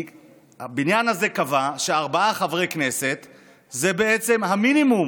כי הבניין הזה קבע שארבעה חברי כנסת זה בעצם המינימום